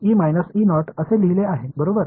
तर मी असे लिहिले आहे बरोबर